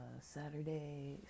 Saturday